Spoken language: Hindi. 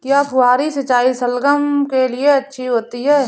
क्या फुहारी सिंचाई शलगम के लिए अच्छी होती है?